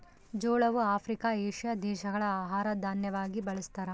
ಜೋಳವು Africa, Asia ದೇಶಗಳ ಆಹಾರ ದಾನ್ಯವಾಗಿ ಬಳಸ್ತಾರ